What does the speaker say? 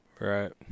Right